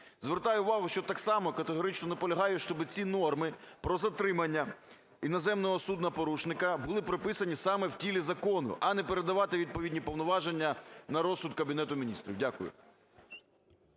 Звертаю увагу, що так само категорично наполягаю, щоби ці норми про затримання іноземного судна-порушника були прописані саме в тілі закону, а не передавати відповідні повноваження на розсуд Кабінету Міністрів. Дякую.